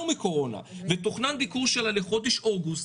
מהקורונה ביקור שלה לחודש אוגוסט,